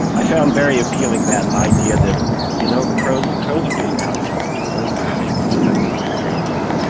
i found very appealing that idea that you know crows crows are just out to to learn new things and have new experiences,